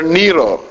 Nero